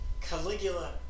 Caligula